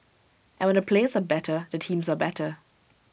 and when the players are better the teams are better